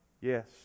Yes